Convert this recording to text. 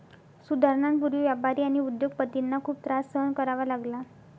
सुधारणांपूर्वी व्यापारी आणि उद्योग पतींना खूप त्रास सहन करावा लागला